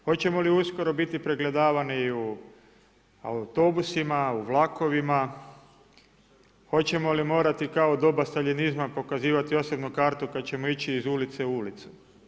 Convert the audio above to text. Hoćemo li uskoro biti pregledavani i u autobusima, u vlakovima, hoćemo li morati kao u doba staljinizma pokazivati osobnu kartu kada ćemo ići iz ulice u ulicu?